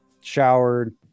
showered